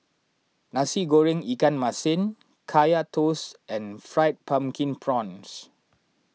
Nasi Goreng Ikan Masin Kaya Toast and Fried Pumpkin Prawns